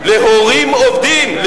להורים עובדים,